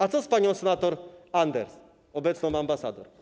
A co z panią senator Anders, obecną ambasador?